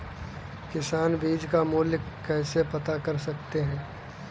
किसान बीज का मूल्य कैसे पता कर सकते हैं?